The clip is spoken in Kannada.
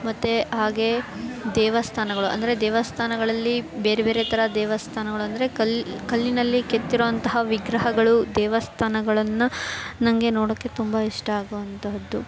ಮತ್ತು ಹಾಗೆಯೇ ದೇವಸ್ಥಾನಗಳು ಅಂದರೆ ದೇವಸ್ಥಾನಗಳಲ್ಲಿ ಬೇರೆ ಬೇರೆ ಥರ ದೇವಸ್ಥಾನಗಳು ಅಂದರೆ ಕಲ್ಲು ಕಲ್ಲಿನಲ್ಲಿ ಕೆತ್ತಿರುವಂತಹ ವಿಗ್ರಹಗಳು ದೇವಸ್ಥಾನಗಳನ್ನು ನಂಗೆ ನೋಡೋಕ್ಕೆ ತುಂಬ ಇಷ್ಟ ಆಗುವಂತಹದ್ದು